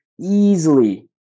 easily